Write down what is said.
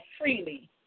freely